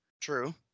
true